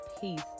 peace